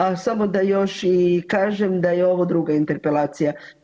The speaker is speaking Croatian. A samo da još i kažem da je ovo druga interpelacija.